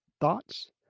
Thoughts